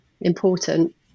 important